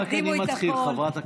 הם הקדימו את הכול.